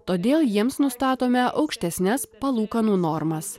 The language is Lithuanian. todėl jiems nustatome aukštesnes palūkanų normas